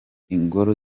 ingoro